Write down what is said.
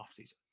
offseason